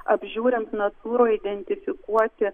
apžiūrint natūroj identifikuoti